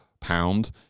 pound